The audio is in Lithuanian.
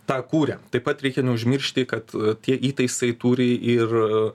tą kuria taip pat reikia neužmiršti kad tie įtaisai turi ir